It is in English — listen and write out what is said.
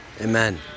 Amen